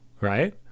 right